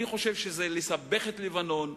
זה לסבך את לבנון,